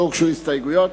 הסתייגויות,